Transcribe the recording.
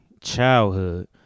childhood